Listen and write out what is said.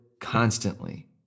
constantly